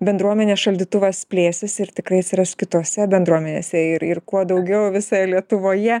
bendruomenės šaldytuvas plėsis ir tikrai atsiras kitose bendruomenėse ir ir kuo daugiau visoje lietuvoje